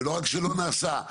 ולא רק שלא נעשה,